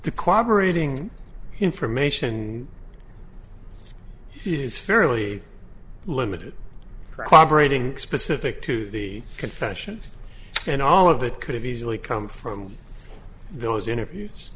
the cooperate ing information is fairly limited cooperate in specific to the confession and all of it could have easily come from those interviews